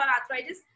Arthritis